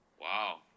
Wow